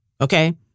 Okay